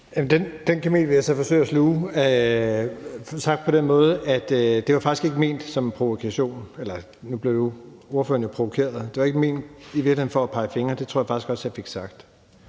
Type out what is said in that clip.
Den kamel vil jeg så forsøge at sluge, sagt på den måde, at det faktisk ikke var ment som en provokation. Nu blev ordføreren jo provokeret, men det var i virkeligheden ikke ment for at pege fingre – det tror jeg faktisk også jeg fik sagt.